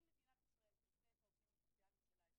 אם מדינת ישראל תרצה את העובדים הסוציאליים שלה,